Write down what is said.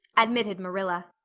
admitted marilla,